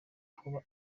kuba